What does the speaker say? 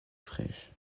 fraîche